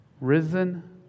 risen